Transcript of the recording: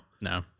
No